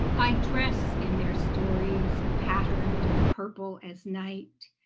i dress in their stories patterned and purple as night.